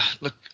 look